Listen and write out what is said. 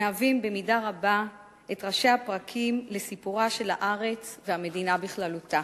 מהווים במידה רבה את ראשי הפרקים לסיפורה של הארץ והמדינה בכללותה,